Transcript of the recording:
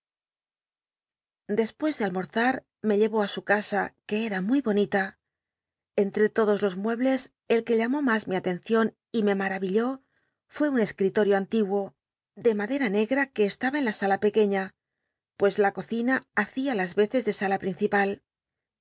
despucs de almorzar me llevó á su casa uc cra muy bonita entre lodos los muebles el que llamó mas mi alencion y me maravilló fué tm escritorio antiguo de madcm negra que estaba en la sala pequeña pues la cocina hacia las veces de sala